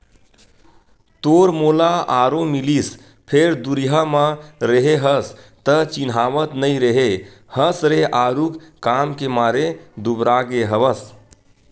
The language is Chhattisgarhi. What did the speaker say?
तोर मोला आरो मिलिस फेर दुरिहा म रेहे हस त चिन्हावत नइ रेहे हस रे आरुग काम के मारे दुबरागे हवस